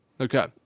Okay